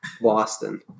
Boston